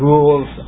Rules